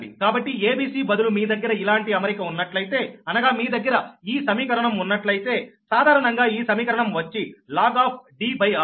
కాబట్టి a b c బదులు మీ దగ్గర ఇలాంటి అమరిక ఉన్నట్లయితే అనగా మీ దగ్గర ఈ సమీకరణం ఉన్నట్లయితే సాధారణంగా ఈ సమీకరణం వచ్చి log ఆఫ్ Dr